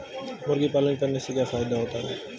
मुर्गी पालन करने से क्या फायदा होता है?